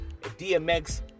dmx